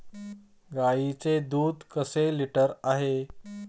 गाईचे दूध कसे लिटर आहे?